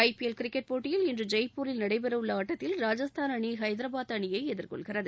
ஐ P L cricket போட்டியில் இன்று ஜெய்ப்பூரில் நடைபெறவுள்ள ஆட்டத்தில் ராஜஸ்தான் அணி ஹைதராபாத் அணியை எதிர்கொள்கிறது